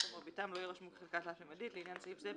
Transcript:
או מרביתם לא יירשמו כחלקה תלת־ממדית; לעניין סעיף זה,